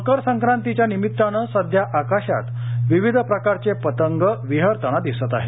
मकर संक्रांतीच्या निमित्तानं सध्या आकाशात विविध प्रकारचे पतंग विहरताना दिसत आहेत